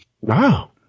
Wow